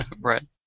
Right